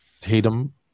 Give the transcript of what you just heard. Tatum